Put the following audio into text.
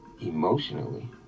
emotionally